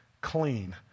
clean